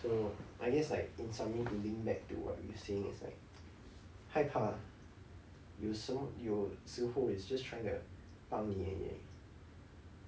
so I guess like in summary to bring back to what you say is that 害怕有什么有时候 it's just trying to 帮你 and you